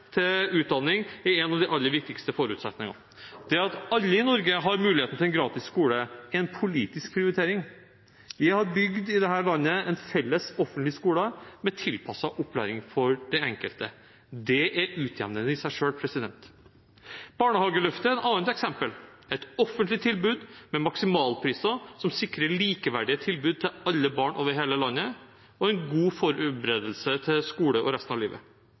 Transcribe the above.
til utdanning er en av de aller viktigste forutsetningene. Det at alle i Norge har muligheten til en gratis skole, er en politisk prioritering. Vi har i dette landet bygd en felles, offentlig skole, med tilpasset opplæring for den enkelte. Det er utjevnende i seg selv. Barnehageløftet er et annet eksempel – et offentlig tilbud med maksimalpriser som sikrer likeverdige tilbud til alle barn over hele landet, og en god forberedelse til skole og resten av livet.